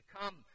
come